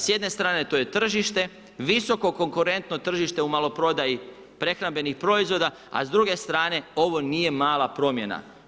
S jedne strane, to je tržište, visoko konkurentno tržište u maloprodaji prehrambenih proizvoda, a s druge strane, ovo nije mala promjena.